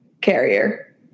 carrier